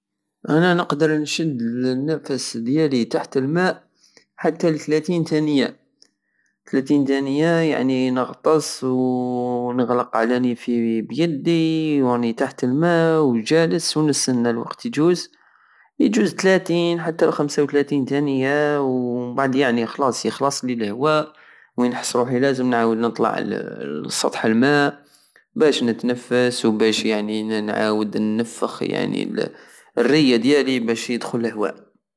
انا نقدر نشد النفس ديالي تحت الماء حتى لتلاتين تانية تلاتين تانية يعني نغطس ونغلق على نيفي بيدي ورانس تحت الماء وجالس ونسنى الوقت يجوز يجوز تلاتين حتى لخمسة وتلاتين تانية ومبعد يعني خلاص يخلاصلي لهواء ونحس روحي لازم نعاود نطلع لصطح الماء بش نتنفس وبش يعني نعاود نفغ يعني نفغ الر- الرية ديالي بش يدخل لهواء